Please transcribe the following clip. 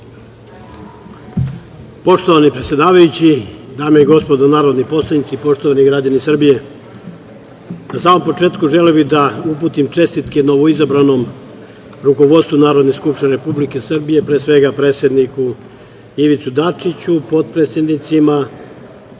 Poštovani predsedavajući, dame i gospodo narodni poslanici, poštovani građani Srbije, na samom početku želeo bih da uputim čestitke novoizabranom rukovodstvu Narodne skupštine Republike Srbije, pre svega predsedniku Ivici Dačiću, potpredsednicima,